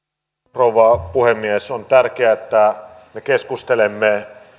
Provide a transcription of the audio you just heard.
rouva puhemies on tärkeää että me keskustelemme